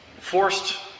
forced